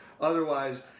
Otherwise